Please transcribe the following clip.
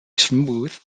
smooth